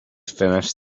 finish